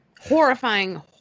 horrifying